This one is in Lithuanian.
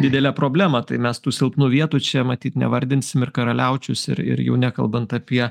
didelę problemą tai mes tų silpnų vietų čia matyt nevardinsim ir karaliaučius ir ir jau nekalbant apie